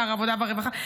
שר העבודה והרווחה.